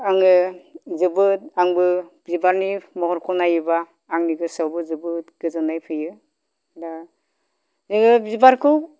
आङो जोबोद आंबो बिबारनि महरखौ नायोबा आंनि गोसोआवबो जोबोद गोजोननाय फैयो दा यै बिबारखौ